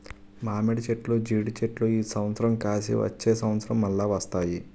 మామిడి చెట్లు జీడి చెట్లు ఈ సంవత్సరం కాసి వచ్చే సంవత్సరం మల్ల వస్తాయి